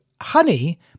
honey